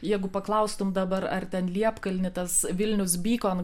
jeigu paklaustum dabar ar ten liepkalny tas vilnius bykon